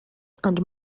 and